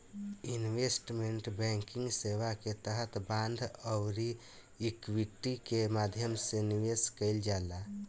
investment banking सेवा के तहत बांड आउरी इक्विटी के माध्यम से निवेश कईल जाला